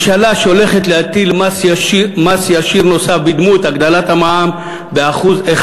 ממשלה שהולכת להטיל מס ישיר נוסף בדמות הגדלת המע"מ ב-1%.